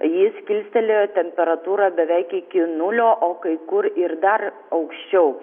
jis kilstelėjo temperatūrą beveik iki nulio o kai kur ir dar aukščiau